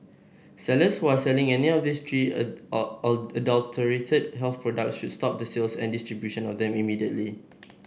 sellers who are selling any of these three adulterated health products should stop the sales and distribution of them immediately